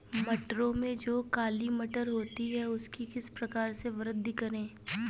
मटरों में जो काली मटर होती है उसकी किस प्रकार से वृद्धि करें?